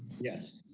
yes.